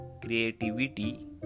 creativity